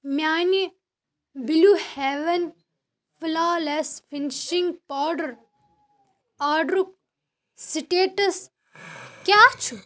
میانہِ blue heaven flawless finishing powder آرڈرُک status کیٛاہ چھُ